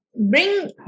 bring